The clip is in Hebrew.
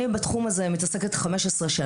אני מתעסקת בתחום הזה 15 שנה,